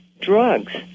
drugs